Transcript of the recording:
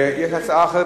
יש הצעה אחרת.